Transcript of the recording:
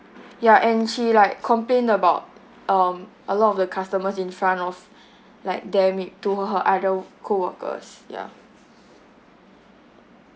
ya and she like complained about um a lot of the customers in front of like damn it to her other coworkers ya